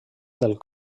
del